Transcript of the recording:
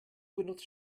benutzt